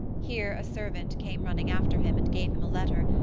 here a servant came running after him and gave him a letter,